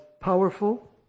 powerful